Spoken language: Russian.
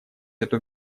эту